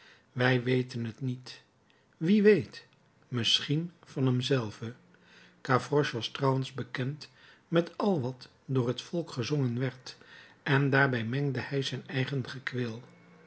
wij weten het niet wie weet misschien van hem zelven gavroche was trouwens bekend met al wat door het volk gezongen werd en daarbij mengde hij zijn eigen gekweel